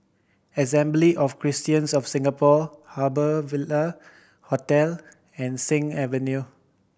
Assembly of Christians of Singapore Harbour Ville Hotel and Sing Avenue